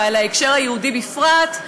ועל ההקשר היהודי בפרט,